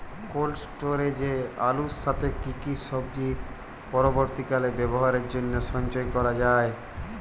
Cold স্টোরেজে আলুর সাথে কি কি সবজি পরবর্তীকালে ব্যবহারের জন্য সঞ্চয় করা যায়?